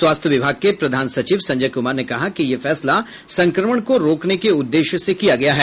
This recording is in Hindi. स्वास्थ्य विभाग के प्रधान सचिव संजय कुमार ने कहा कि यह फैसला संक्रमण को रोकने के उद्देश्य से किया गया है